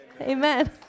Amen